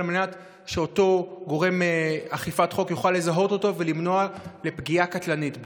כדי שאותו גורם אכיפת החוק יוכל לזהות אותו ולמנוע פגיעה קטלנית בו.